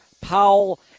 Powell